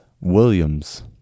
Williams